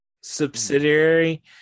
subsidiary